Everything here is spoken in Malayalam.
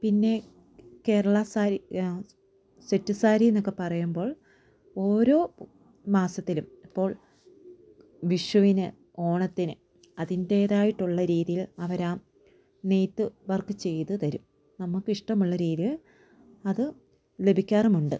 പിന്നെ കേരള സാരി സെറ്റ് സാരി എന്നൊക്കെ പറയുമ്പോൾ ഓരോ മാസത്തിലും ഇപ്പോൾ വിഷുവിന് ഓണത്തിന് അതിന്റേതായിട്ടുള്ള രീതിയിൽ അവർ ആ നെയ്ത്തു വർക്ക് ചെയ്തു തരും നമുക്ക് ഇഷ്ടമുള്ള രീതിയിൽ അത് ലഭിക്കാറുമുണ്ട്